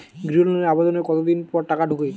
গৃহ লোনের আবেদনের কতদিন পর টাকা ঢোকে?